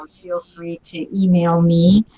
feel free to email me.